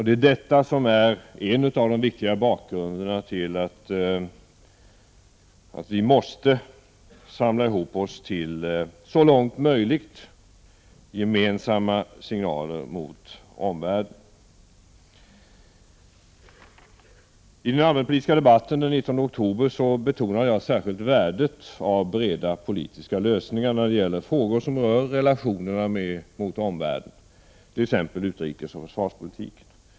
Det är detta som är en bakgrund till att vi måste samla ihop oss till så långt möjligt gemensamma signaler gentemot omvärlden. I den allmänpolitiska debatten den 19 oktober betonade jag särskilt värdet av breda politiska lösningar när det gäller frågor som rör relationerna med omvärlden. Det gäller t.ex. utrikesoch försvarspolitiken.